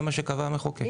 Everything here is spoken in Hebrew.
זה מה שקבע המחוקק.